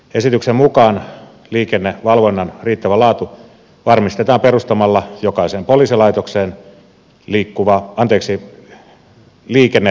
esityksen mukaan liikennevalvonnan riittävä laatu varmistetaan perustamalla jokaiseen poliisilaitokseen liikennepoliisitoiminto